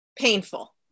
painful